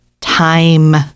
time